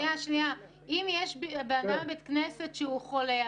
אם יש אדם בבית כנסת שהוא חולה,